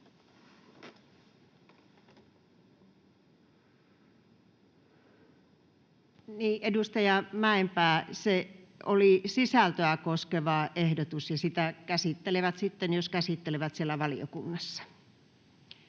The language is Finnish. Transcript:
Edustaja Mäenpää, se oli sisältöä koskeva ehdotus, ja sitä käsittelevät sitten, jos käsittelevät, siellä valiokunnassa.